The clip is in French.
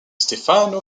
stefano